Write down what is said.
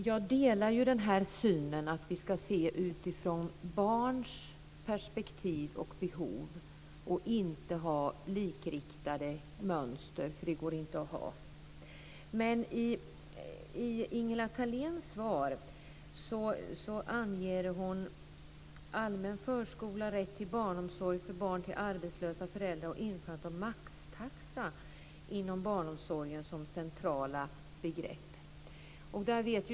Fru talman! Jag delar synen att vi ska se utifrån barns perspektiv och behov och inte ha likriktade mönster. Det går det inte att ha. I Ingela Thaléns svar anger hon allmän förskola, rätt till barnomsorg för barn till arbetslösa föräldrar och införande av maxtaxa inom barnomsorgen som centrala begrepp.